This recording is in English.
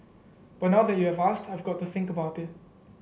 but now that you have asked I've got to think about it